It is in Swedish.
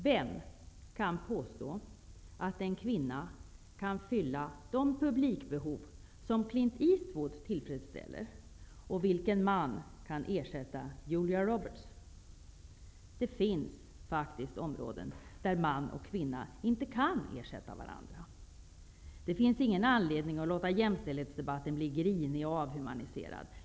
Vem kan påstå att en kvinna kan fylla de publikbehov som Clint Eastwood tillfredsställer och vilken man kan ersätta Julia Roberts? Det finns faktiskt områden där man och kvinna inte kan ersätta varandra. Det finns ingen anledning att låta jämställdhetsdebatten bli grinig och avhumaniserad.